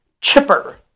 chipper